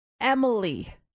Emily